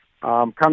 come